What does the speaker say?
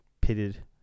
pitted